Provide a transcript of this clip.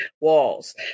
walls